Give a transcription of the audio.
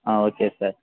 ah okay sir